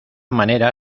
manera